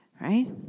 right